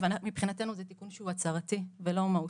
מבחינתנו זה תיקון שהוא הצהרתי ולא מהותי.